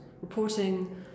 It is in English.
reporting